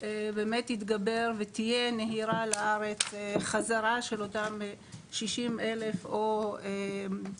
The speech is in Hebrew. באמת יתגבר ותהיה נהירה לארץ חזרה של אותם 60,000 אנשים,